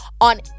on